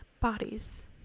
bodies